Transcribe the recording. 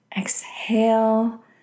Exhale